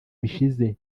bishize